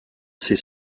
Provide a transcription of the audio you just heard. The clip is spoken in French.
ses